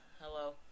hello